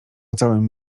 całym